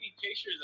pictures